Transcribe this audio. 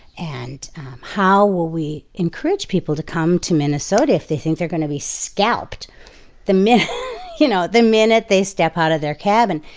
and how will we encourage people to come to minnesota if they think they're going to be scalped the minute you know the minute they step out of their cabin?